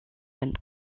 went